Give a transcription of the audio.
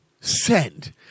Send